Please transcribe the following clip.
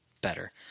better